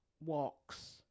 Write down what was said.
walks